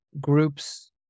groups